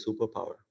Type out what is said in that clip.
superpower